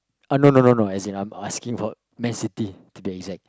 oh no no no no as in I'm asking for man-city to be exact